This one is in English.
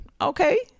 Okay